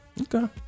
Okay